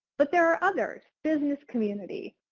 but there are others business community,